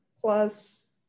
plus